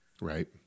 Right